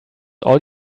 all